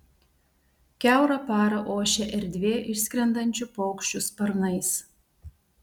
kiaurą parą ošia erdvė išskrendančių paukščių sparnais